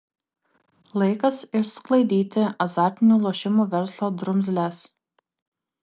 laikas išsklaidyti azartinių lošimų verslo drumzles